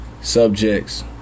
Subjects